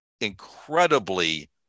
incredibly